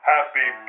Happy